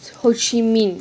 ho chih minh